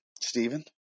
Stephen